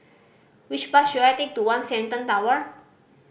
which bus should I take to One Shenton Tower